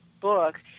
book